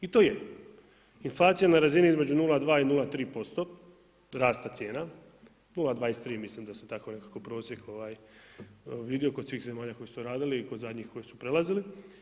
I to je, inflacija na razini između 0,2 i 0,3% rasta cijena, 0,23, mislim da sam tako nekako prosjek vidio kod svih zemalja koje su to radili i kod zadnjih koji su prelazili.